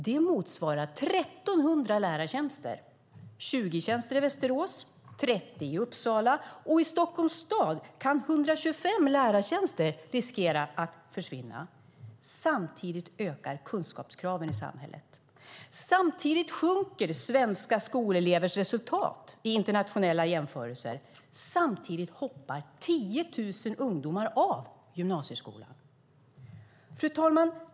Det motsvarar 1 300 lärartjänster - 20 tjänster i Västerås och 30 i Uppsala, och i Stockholms stad riskerar 125 lärartjänster att försvinna. Samtidigt ökar kunskapskraven i samhället. Samtidigt sjunker svenska skolelevers resultat i internationella jämförelser. Samtidigt hoppar 10 000 ungdomar av gymnasieskolan. Fru talman!